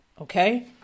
okay